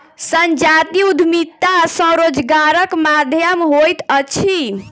संजातीय उद्यमिता स्वरोजगारक माध्यम होइत अछि